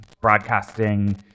broadcasting